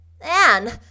Anne